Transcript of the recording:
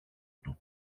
του